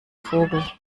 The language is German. vogel